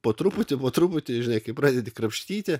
po truputį po truputį žinai kai pradedi krapštyti